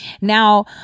Now